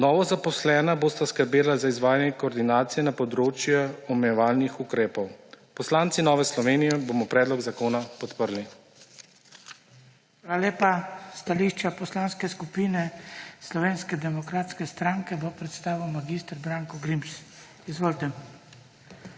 Novozaposlena bosta skrbela za izvajanje koordinacij na področje omejevalnih ukrepov. Poslanci Nove Slovenije bomo predlog zakona podprli. PODPREDSEDNIK BRANKO SIMONOVIČ: Hvala lepa. Stališče Poslanske skupine Slovenske demokratske stranke bo predstavil mag. Branko Grims. Izvolite.